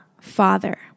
Father